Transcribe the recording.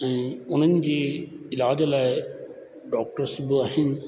ऐं उन्हनि जे इलाज लाइ डॉक्टर सुभाषी